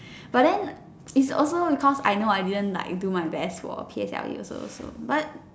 but then it's also because I know I didn't like do my best for P_S_L_E also so but